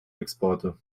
exporte